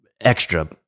extra